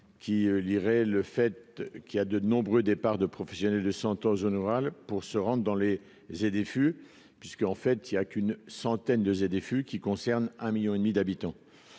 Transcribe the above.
qui lierait le fait qu'il y a de nombreux départs de professionnels de Santos, zones rurales pour se rendre dans les ZFU puisqu'en fait il y a qu'une centaine de ZFU qui concerne un 1000000 et demi d'habitants